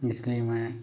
इसलिए मैं